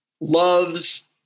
loves